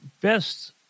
best